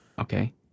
Okay